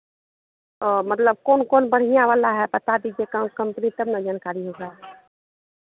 ओ मतलब कोन कोन बढ़ियाँ वाला है बता दीजिए कम से कम तभी तब ना जानकारी होगा